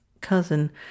cousin